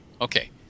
Okay